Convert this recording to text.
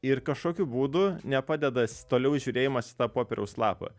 ir kažkokiu būdu nepadedas toliau žiūrėjimas į tą popieriaus lapą